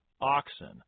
oxen